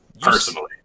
personally